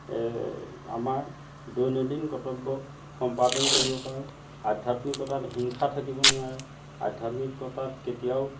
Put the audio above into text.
আমাৰ দৈনন্দিন কৰ্তব্য সম্পাদন কৰিব পাৰোঁ আধ্যাত্মিকতাত হিংসা থাকিব নোৱাৰে আধ্যাত্মিকতাত কেতিয়াও